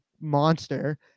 monster